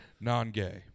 Non-gay